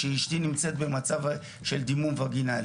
שאשתי נמצאת במצב של דימום וגינלי',